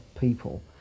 people